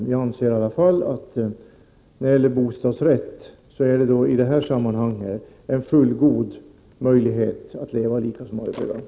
Jag anser i alla fall att en bostadsrätt i detta sammanhang är en fullgod säkerhet.